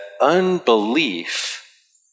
unbelief